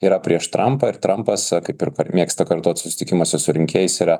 yra prieš trampą ir trampas kaip ir mėgsta kartot susitikimuose su rinkėjais yra